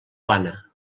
plana